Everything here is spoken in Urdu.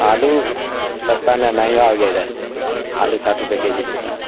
آلو سستا نہیں مہنگا ہو گیا ادھر آلو ساٹھ روپے کے جی ملتا ہے